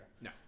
No